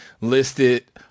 listed